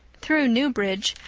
through newbridge,